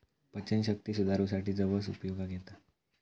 पचनशक्ती सुधारूसाठी जवस उपयोगाक येता